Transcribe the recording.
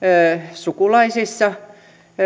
sukulaisissa